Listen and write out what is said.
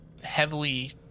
heavily